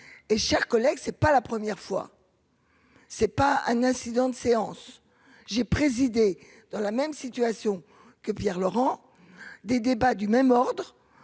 et chers collègues, c'est pas la première fois, c'est pas un incident de séance j'ai présidé dans la même situation que Pierre Laurent, des débats du même ordre,